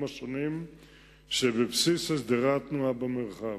השונים שבבסיס הסדרי התנועה במרחב.